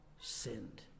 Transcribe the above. sinned